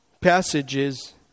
Passages